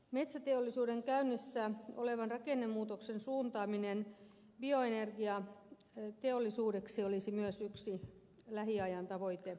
metsäteollisuuden käynnissä olevan rakennemuutoksen suuntaaminen bioenergiateollisuudeksi olisi myös yksi lähiajan tavoite